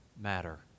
matter